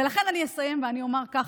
ולכן אני אסיים ואני אומר ככה: